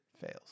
fails